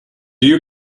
you